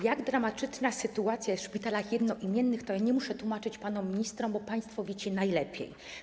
Jak dramatyczna sytuacja jest w szpitalach jednoimiennych, to ja nie muszę tłumaczyć panom ministrom, bo państwo wiecie najlepiej.